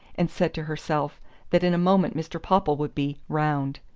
and said to herself that in a moment mr. popple would be round.